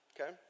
okay